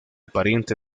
pariente